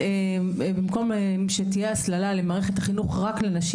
במקום שתהיה הסללה למערכת החינוך רק לנשים,